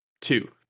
Two